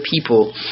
people